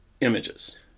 images